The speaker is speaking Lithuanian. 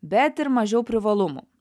bet ir mažiau privalumų